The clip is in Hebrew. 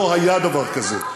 לא היה דבר כזה.